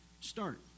start